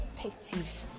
perspective